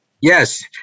Yes